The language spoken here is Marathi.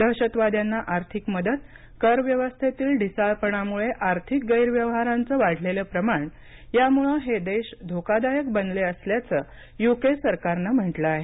दहशतवाद्यांना आर्थिक मदत करव्यवस्थेतील ढिसाळपणामुळे आर्थिक गैरव्यवहारांचं वाढलेलं प्रमाण यामुळे हे देश धोकादायक बनले असल्याचं युके सरकारनं म्हटलं आहे